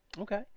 Okay